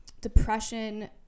Depression